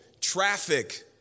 Traffic